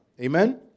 Amen